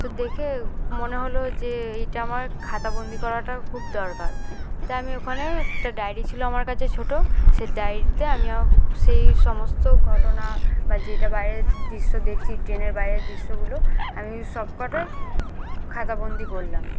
তো দেখে মনে হলো যে এইটা আমার খাতাবন্দি করাটা খুব দরকার তা আমি ওখানে একটা ডায়েরি ছিল আমার কাছে ছোট সেই ডায়েরিতে আমি সেই সমস্ত ঘটনা বা যেটা বাইরের দৃশ্য দেখছি ট্রেনের বাইরের দৃশ্যগুলো আমি সবকটাই খাতাবন্দি করলাম